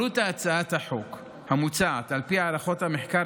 עלות הצעת החוק המוצעת על פי הערכות המחקר